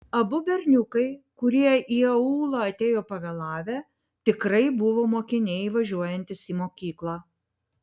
abu berniukai kurie į aulą atėjo pavėlavę tikrai buvo mokiniai važiuojantys į mokyklą